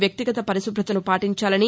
వ్యక్తిగత పరిశుభ్రతను పాటించాలని